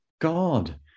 God